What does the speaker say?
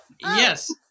Yes